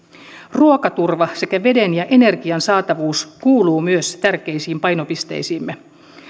ruokaturva sekä veden ja energian saatavuus kuuluvat myös tärkeisiin painopisteisiimme